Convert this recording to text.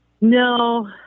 No